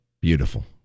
Beautiful